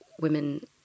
women